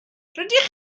rydych